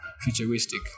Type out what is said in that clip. futuristic